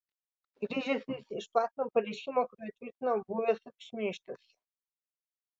grįžęs jis išplatino pareiškimą kuriuo tvirtino buvęs apšmeižtas